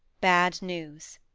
bad news.